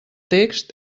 text